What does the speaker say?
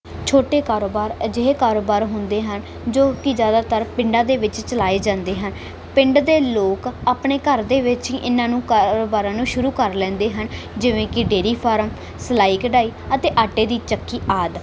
ਛੋਟੇ ਕਾਰੋਬਾਰ ਅਜਿਹੇ ਕਾਰੋਬਾਰ ਹੁੰਦੇ ਹਨ ਜੋ ਕਿ ਜ਼ਿਆਦਾਤਰ ਪਿੰਡਾਂ ਦੇ ਵਿੱਚ ਚਲਾਏ ਜਾਂਦੇ ਹਨ ਪਿੰਡ ਦੇ ਲੋਕ ਆਪਣੇ ਘਰ ਦੇ ਵਿੱਚ ਹੀ ਇਨ੍ਹਾਂ ਨੂੰ ਕਾਰੋਬਾਰਾਂ ਨੂੰ ਸ਼ੁਰੂ ਕਰ ਲੈਂਦੇ ਹਨ ਜਿਵੇਂ ਕਿ ਡੇਅਰੀ ਫਾਰਮ ਸਿਲਾਈ ਕਢਾਈ ਅਤੇ ਆਟੇ ਦੀ ਚੱਕੀ ਆਦਿ